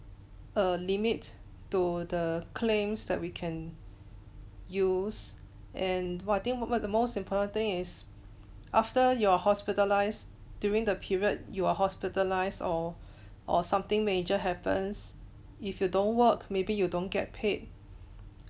a limit to the claims that we can use and what I think most the most important thing is after you're hospitalised during the period you are hospitalised or or something major happens if you don't work maybe you don't get paid